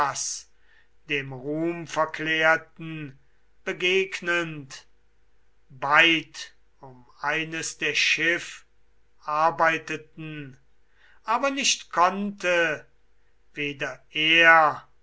dem ruhmverklärten begegnend beid um eines der schiff arbeiteten aber nicht konnte weder er